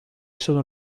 sono